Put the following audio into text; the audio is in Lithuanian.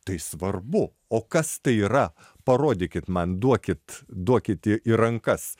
tai svarbu o kas tai yra parodykit man duokit duokit į į rankas